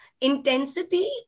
Intensity